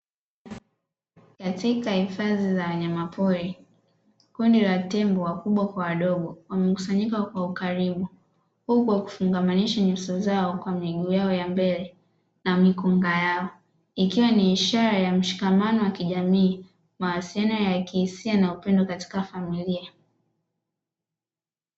Katika hifadhi za wanyamapori kundi la tembo wakubwa kwa wadogo wamekusanyika kwa ukaribu, huku wakifungamanisha nyuso zao kwa miguu yao ya mbele na mikonga yao ikiwa ni ishara ya mshikamano wa kijamii mawasiliano ya kihisia na upendo katika familia.